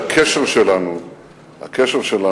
שהקשר שלנו לירושלים,